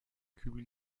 kübel